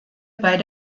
bei